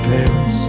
Paris